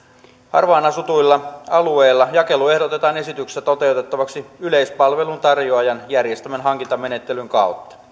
harvaan asutuilla alueilla jakelu ehdotetaan esityksessä toteutettavaksi yleispalvelun tarjoajan järjestämän hankintamenettelyn kautta